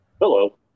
hello